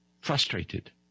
frustrated